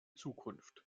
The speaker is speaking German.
zukunft